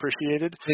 appreciated